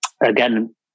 again